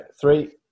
three